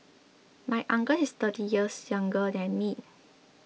my uncle is thirty years younger than me